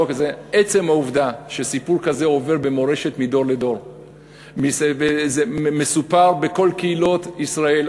עצם העובדה שסיפור כזה עובר במורשת מדור לדור ומסופר בכל קהילות ישראל,